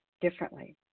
differently